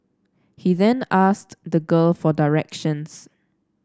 he then asked the girl for directions